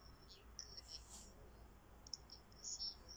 okay